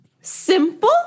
Simple